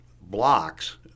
blocks